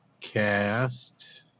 Cast